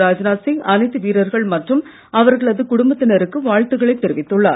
ராஜ்நாத் சிங் அனைத்து வீரர்கள் மற்றும் அவர்களது குடும்பத்தினருக்கு வாழ்த்துக்களை தெரிவித்துள்ளார்